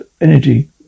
energy